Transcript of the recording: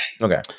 Okay